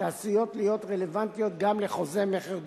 שעשויות להיות רלוונטיות גם לחוזי מכר דירה.